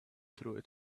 through